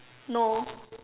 no